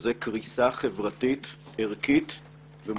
וזה קריסה חברתית, ערכית ומוסרית.